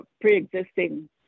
pre-existing